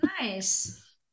Nice